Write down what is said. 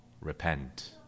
repent